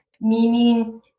Meaning